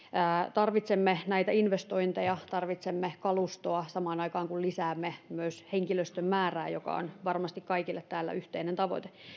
tarvitsemme näitä investointeja tarvitsemme kalustoa samaan aikaan kun lisäämme myös henkilöstön määrää mikä on varmasti kaikille täällä yhteinen tavoite